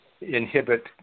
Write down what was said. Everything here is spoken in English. inhibit